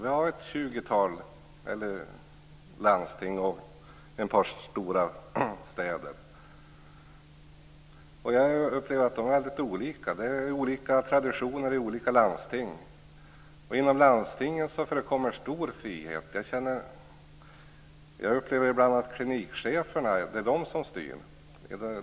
Vi har ett tjugotal landsting och ett par stora städer. Jag upplever att de är väldigt olika. Det är olika traditioner i olika landsting, och inom landstingen förekommer stor frihet. Jag upplever ibland att det är klinikcheferna som styr.